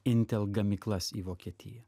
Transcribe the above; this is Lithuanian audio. intel gamyklas į vokietiją